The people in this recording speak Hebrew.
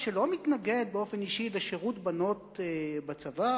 שלא מתנגד באופן אישי לשירות בנות בצבא.